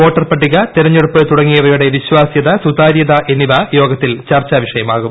വോട്ടർപ്പട്ടിക തെരഞ്ഞെടുപ്പ് തുടങ്ങിയവയുടെ വിശ്വാ സ്യത സുതാര്യത എന്നിവ യോഗത്തിൽ ചർച്ചാ വിഷയമാകും